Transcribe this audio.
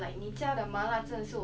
thanks